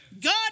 God